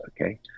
okay